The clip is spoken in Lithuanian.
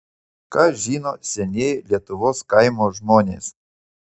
ką žino senieji lietuvos kaimo žmonės